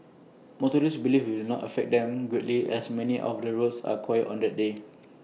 motorists believe IT will not affect them greatly as many of the roads are quiet on that day